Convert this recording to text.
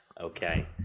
Okay